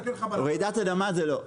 רעידת אדמה זה לא.